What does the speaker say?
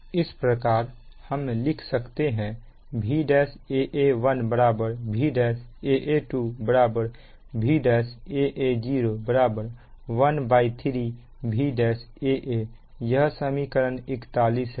इस प्रकार हम लिख सकते हैं Vaa11 Vaa12 Vaa10 13 Vaa1 यह समीकरण 41 है